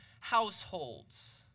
households